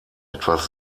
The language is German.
etwas